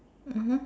mmhmm